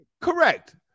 Correct